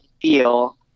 feel